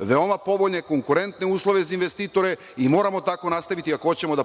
veoma povoljne, konkurentne uslove za investitore i moramo tako nastaviti, ako hoćemo